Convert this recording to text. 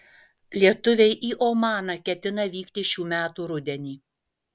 lietuviai į omaną ketina vykti šių metų rudenį